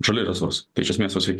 žali resursai tai iš esmės juos reikia